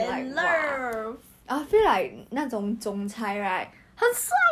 it's really very nice okay I watch I watch I'll watch